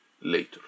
later